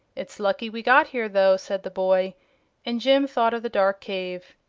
it's lucky we got here, though, said the boy and jim thought of the dark cave,